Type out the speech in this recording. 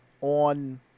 on